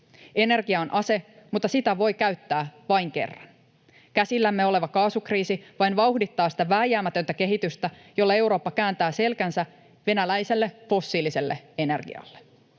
Energia on ase, mutta sitä voi käyttää vain kerran. Käsillämme oleva kaasukriisi vain vauhdittaa sitä vääjäämätöntä kehitystä, jolla Eurooppa kääntää selkänsä venäläiselle fossiiliselle energialle.